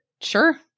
sure